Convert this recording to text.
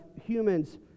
humans